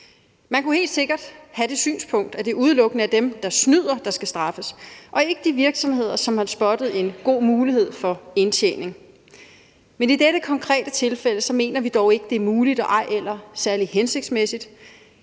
Man kunne helt sikkert have det synspunkt, at det udelukkende er dem, der snyder, der skal straffes, og ikke de virksomheder, som har spottet en god mulighed for indtjening, men i dette konkrete tilfælde mener vi dog ikke, det er muligt og heller ikke særlig hensigtsmæssigt.